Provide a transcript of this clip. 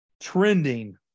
Trending